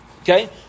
Okay